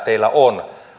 teillä on